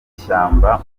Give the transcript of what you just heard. ishyamba